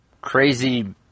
crazy